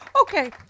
okay